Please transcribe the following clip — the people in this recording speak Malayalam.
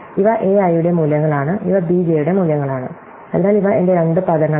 ഇവ a I യുടെ മൂല്യങ്ങളാണ് ഇവ b j യുടെ മൂല്യങ്ങളാണ് അതിനാൽ ഇവ എന്റെ രണ്ട് പദങ്ങളാണ്